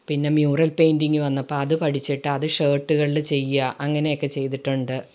പിന്നെ mural painting വന്നപ്പം അത് പഠിച്ചിട്ട് അത് ഷർട്ടുകളിൽ ചെയ്യുക അങ്ങനെ ഒക്കെ ചെയ്തിട്ടുണ്ട്